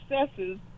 successes